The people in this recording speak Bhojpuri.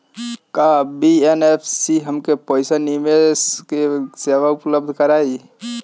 का एन.बी.एफ.सी हमके पईसा निवेश के सेवा उपलब्ध कराई?